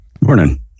Morning